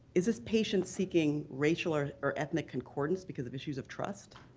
is this patient seeking racial or or ethnic concordance because of issues of trust?